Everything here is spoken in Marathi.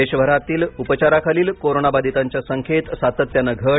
देशभरातील उपचाराखालील कोरोनाबाधितांच्या संख्येत सातत्याने घट